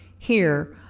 here,